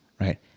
right